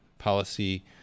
policy